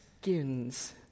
skins